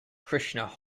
krishna